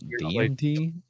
DMT